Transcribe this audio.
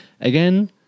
again